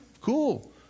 cool